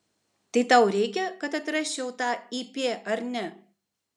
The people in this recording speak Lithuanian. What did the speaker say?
tai tau reikia kad atrasčiau tą ip ar ne